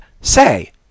Say